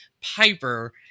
Piper